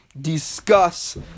discuss